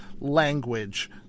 Language